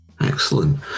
Excellent